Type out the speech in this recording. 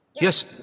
Yes